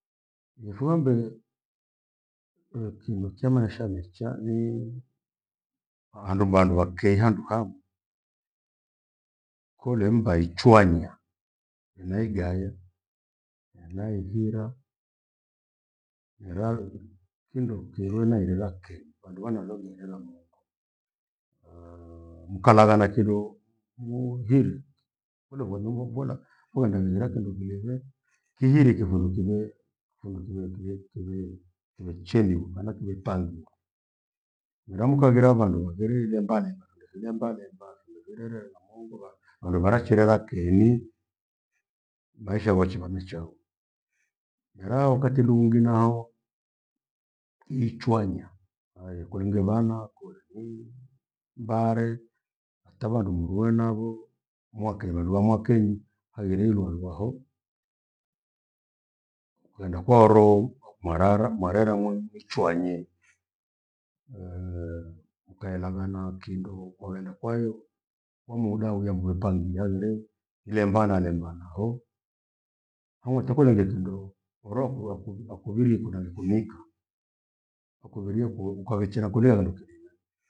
Jifwembe, wewe kindo cha maisha mecha nii, ahandu vandu vakiha handu hamu. Koleimba ichwanya ena nigaye ena ihira, mira kindo kirwe nairera kenyi vandu vanalomia ela muongo. mkalaghaa na kindo muhire, kule kwanumba kuvona mwaghenda kighira kindo kileghe kihiri kifundu kilee. Kifundu kire, iwie kiviree kivechendiuka na nakire pandiwa. Mira mkhaghera vandu vaghire ire mbane findo firerera na mongo va- vanduvaracherera keheni maisha voche vamichao. Mera wakati luhungi naahao kihichwanywa hai kulighe vanakole ni mbare atavandu mulungwe nabho, mwake vandu vya mwakeni haghire ililulua ho. Ukaenda kwaoro mwarara mwerera mwingi chwanye, mkaelangana kindo kwagenda kwahiyo, wa muda uya uwepangia wiree, ilemba nalemba naho hang'u takula ghetu ndo uro- ako- akuviri kunavikanika, wakuvurie kho ukawichinakuna kandu kidigha.